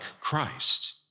Christ